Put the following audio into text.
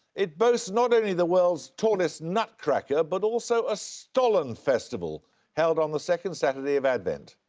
it boasts not only the world's tallest nutcracker, but also a stollen festival held on the second saturday of advent.